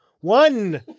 One